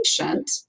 patient